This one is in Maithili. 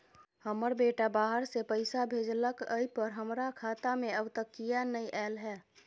हमर बेटा बाहर से पैसा भेजलक एय पर हमरा खाता में अब तक किये नाय ऐल है?